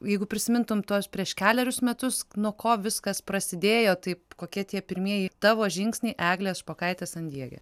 jeigu prisimintum tuos prieš kelerius metus nuo ko viskas prasidėjo taip kokie tie pirmieji tavo žingsniai eglės špokaitės san diege